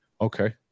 Okay